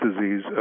disease